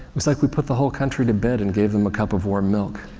was like we put the whole country to bed and gave them a cup of warm milk.